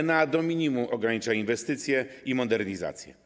Enea do minimum ogranicza inwestycje i modernizację.